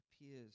appears